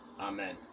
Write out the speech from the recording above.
Amen